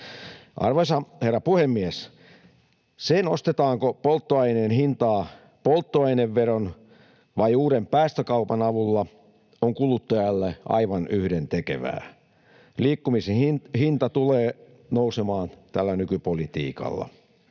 Arvoisa herra puhemies! Se, nostetaanko polttoaineen hintaa polttoaineveron vai uuden päästökaupan avulla, on kuluttajalle aivan yhdentekevää. Liikkumisen hinta tulee nousemaan tällä nykypolitiikalla